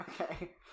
okay